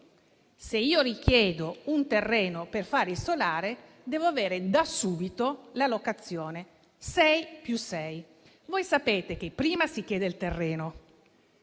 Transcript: se richiedo un terreno per fare il solare, devo avere da subito la locazione (sei più sei). Voi sapete che prima si chiede il terreno